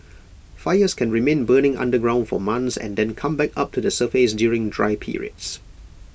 fires can remain burning underground for months and then come back up to the surface during dry periods